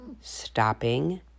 stopping